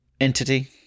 entity